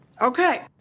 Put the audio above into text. Okay